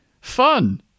fun